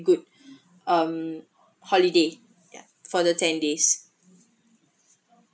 good um holiday ya for the ten days